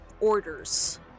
orders